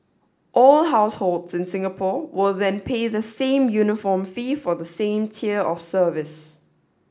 all households in Singapore will then pay the same uniform fee for the same tier of service